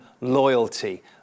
loyalty